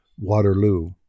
Waterloo